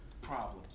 Problems